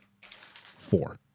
four